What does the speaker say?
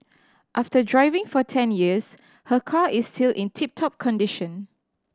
after driving for ten years her car is still in tip top condition